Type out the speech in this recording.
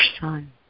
Son